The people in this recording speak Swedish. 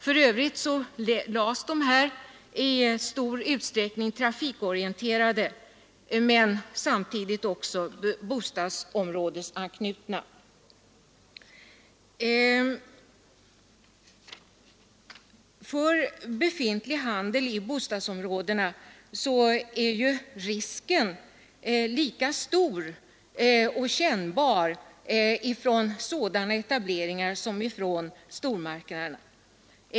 För övrigt lades de här butikerna i stor utsträckning trafikorienterade men samtidigt också bostadsområdesanknutna. För befintlig handel i bostadsområdena är ju konkurrensen lika kännbar från sådana etableringar som från stormarknaderna.